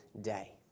day